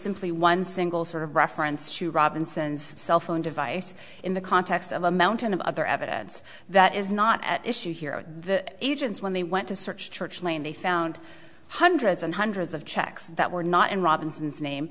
simply one single sort of reference to robinson's cell phone device in the context of a mountain of other evidence that is not at issue here at the agents when they went to search church lane they found hundreds and hundreds of checks that were not in robinson's name